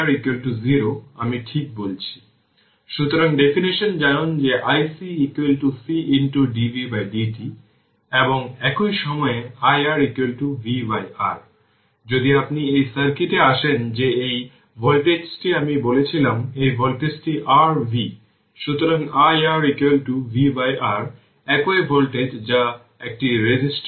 সুতরাং যদি r t infinity এর দিকে ঝোঁক থাকে তাহলে এটি কেবল হাফ C v0 2 হয়ে যাচ্ছে কারণ এই টার্মটি সেখানে থাকবে না এবং শুরুতে w C0 এ স্টোর করা হবে